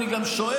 אני גם שואל,